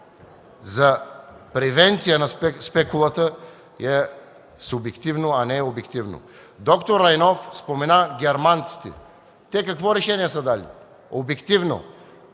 за превенция на спекулата, е субективно, а не е обективно. Доктор Райнов спомена германците. Те какво решение са дали? Обективно,